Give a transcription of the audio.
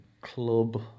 club